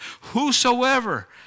whosoever